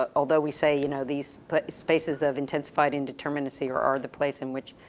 ah although we say, you know, these but spaces of intense fighting determinacy are, are the place in which,